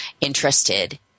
interested